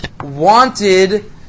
wanted